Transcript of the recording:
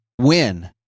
win